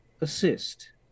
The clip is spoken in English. assist